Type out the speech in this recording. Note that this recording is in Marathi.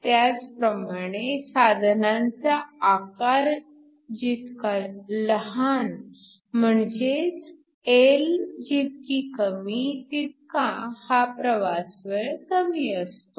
त्याचप्रमाणे साधनांचा आकार जितका लहान म्हणजेच L जितकी कमी तितका हा प्रवास वेळ कमी असतो